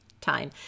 time